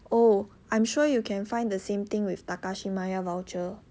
oh I'm sure you can find like the same thing with Takashimaya voucher